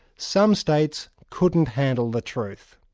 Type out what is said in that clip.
some states couldn't handle the truth.